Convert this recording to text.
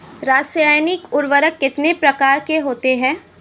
रासायनिक उर्वरक कितने प्रकार के होते हैं?